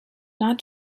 not